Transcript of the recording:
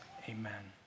amen